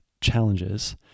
challenges